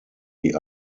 die